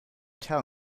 tell